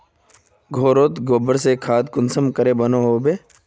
घोरोत गबर से खाद कुंसम के बनो होबे?